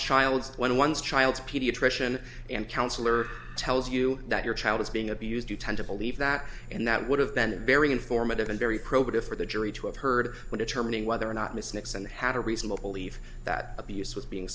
child when one's child's pediatrician and counselor tells you that your child is being abused you tend to believe that and that would have been very informative and very probative for the jury to have heard of determining whether or not ms nixon had a reasonable belief that abuse was being